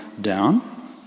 down